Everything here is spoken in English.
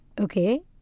Okay